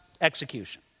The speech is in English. execution